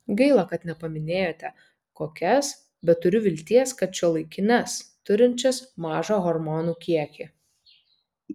gaila kad nepaminėjote kokias bet turiu vilties kad šiuolaikines turinčias mažą hormonų kiekį